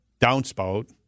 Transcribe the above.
downspout